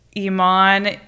iman